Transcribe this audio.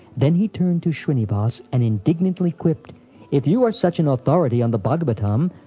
then he turned to shrinivas and indignantly quipped if you are such an authority on the bhagavatam,